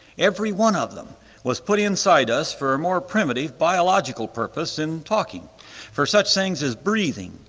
every one of them was put inside us for a more primitive biological purpose in talking for such things as breathing,